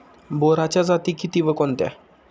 बोराच्या जाती किती व कोणत्या?